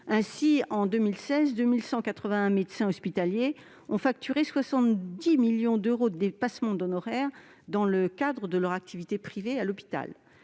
Ainsi, en 2016, 2 181 médecins hospitaliers ont facturé 70 millions d'euros de dépassements d'honoraires dans le cadre de leur activité privée à l'hôpital